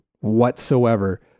whatsoever